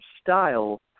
style